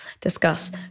discuss